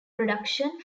production